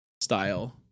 Style